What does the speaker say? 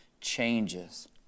changes